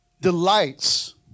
delights